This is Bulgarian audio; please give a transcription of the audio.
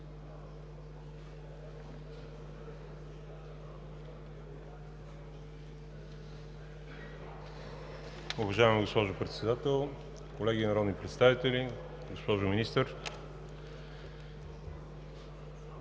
Уважаема госпожо Председател, колеги народни представители, госпожо Министър!